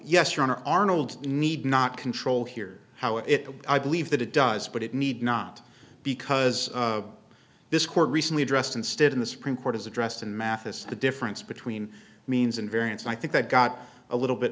honor arnold need not control here how if i believe that it does but it need not because this court recently addressed instead in the supreme court is addressed in math as the difference between means and variance and i think that got a little bit